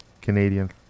Canadian